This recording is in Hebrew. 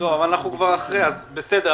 --- אנחנו כבר אחרי, בסדר.